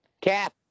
Cap